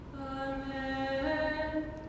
Amen